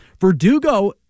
Verdugo